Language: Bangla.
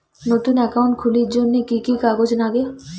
নতুন একাউন্ট খুলির জন্যে কি কি কাগজ নাগে?